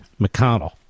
McConnell